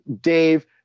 Dave